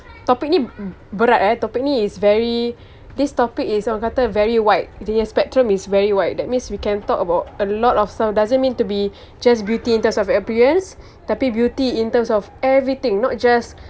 topic ni berat eh topic ni is very this topic is orang kata very wide dia punya spectrum is very wide that means we can talk about a lot of stuff doesn't need to be just beauty in terms of appearance tapi beauty in terms of everything not just